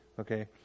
Okay